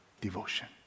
devotion